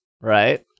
right